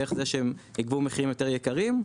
דרך זה שהם יגבו מחירים יותר יקרים,